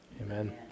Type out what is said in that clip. Amen